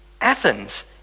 Athens